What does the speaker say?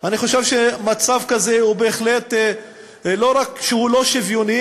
אני חושב שמצב כזה הוא בהחלט לא רק לא שוויוני,